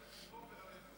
וללכת.